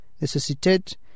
necessitate